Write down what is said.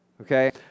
Okay